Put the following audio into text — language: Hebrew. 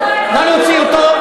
סונטת בו.